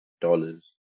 dollars